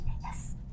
yes